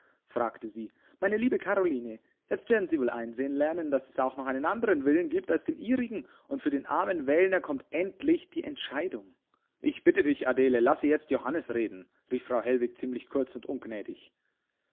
fragte sie meine liebe karoline jetzt werden sie wohl einsehen lernen daß es auch noch einen andern willen gibt als den ihrigen und für den armen wellner kommt endlich die entscheidung ich bitte dich adele lasse jetzt johannes reden rief frau hellwig ziemlich kurz und ungnädig